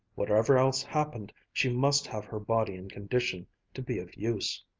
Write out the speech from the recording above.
whatever else happened, she must have her body in condition to be of use.